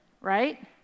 right